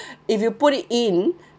if you put it in